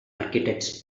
architects